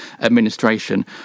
administration